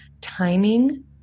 timing